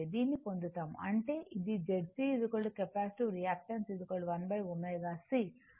దీన్ని పొందుతాము అంటే ఇది Z C capacitive reactance 1 ω C మరియు ఇది కోణం 90 o